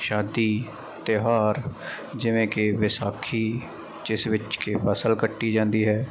ਸ਼ਾਦੀ ਤਿਉਹਾਰ ਜਿਵੇਂ ਕਿ ਵਿਸਾਖੀ ਜਿਸ ਵਿੱਚ ਕਿ ਫ਼ਸਲ ਕੱਟੀ ਜਾਂਦੀ ਹੈ